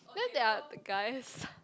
then there are the guys